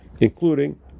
including